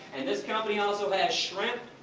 and this company also has shrimp,